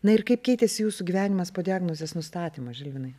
na ir kaip keitėsi jūsų gyvenimas po diagnozės nustatymo žilvinai